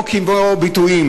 או ביטויים